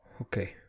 Okay